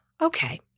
Okay